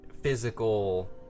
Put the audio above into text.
physical